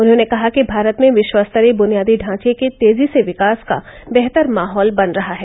उन्होंने कहा कि भारत में विश्वस्तरीय बुनियादी ढांचे के तेजी से विकास का बेहतर माहौल बन रहा है